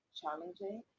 challenging